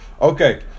Okay